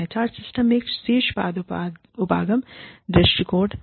HR system एक शीर्ष पाद उपागम दृष्टिकोण है